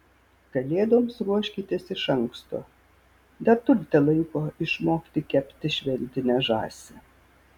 kalėdoms ruoškitės iš anksto dar turite laiko išmokti kepti šventinę žąsį